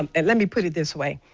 um and let me put it this way.